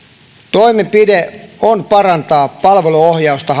toimenpide on parantaa palveluohjausta